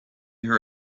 her